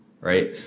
right